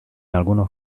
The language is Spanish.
algunos